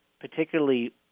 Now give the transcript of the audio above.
particularly